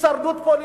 הישרדות פוליטית,